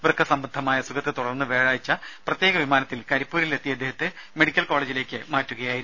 വ്യക്ക സംബന്ധമായഅസുഖത്തെ തുടർന്ന് വ്യാഴാഴ്ച പ്രത്യേക വിമാനത്തിൽ കരിപ്പൂരിൽ എത്തിയ ഇദ്ദേഹത്തെ മെഡിക്കൽ കോളേജിലേക്ക് മാറ്റുകയായിരുന്നു